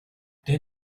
they